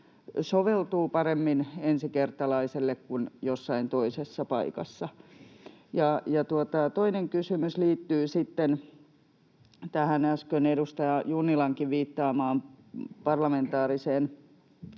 soveltuu paremmin ensikertalaiselle kuin jossain toisessa paikassa? Toinen kysymys liittyy sitten tähän äsken edustaja Junnilankin viittaamaan parlamentaarisen